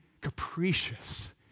capricious